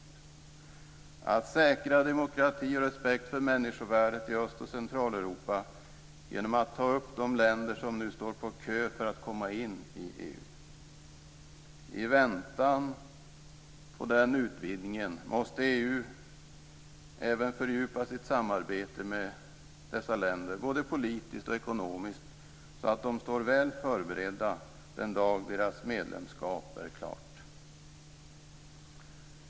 Det gäller att säkra demokrati och respekt för människovärdet i Öst och Centraleuropa genom att ta upp de länder som nu står på kö för att komma in i EU. I väntan på den utvidgningen måste EU även fördjupa sitt samarbete med dessa länder både politiskt och ekonomiskt, så att de står väl förberedda den dag deras medlemskap är klart.